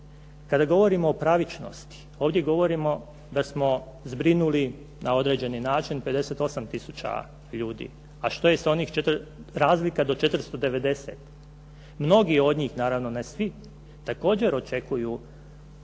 Kada govorimo o pravičnosti ovdje govorimo da smo zbrinuli na određeni način 58000 ljudi. A što je sa onih razlika do 490? Mnogi od njih naravno, ne svi također očekuju